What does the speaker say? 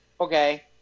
Okay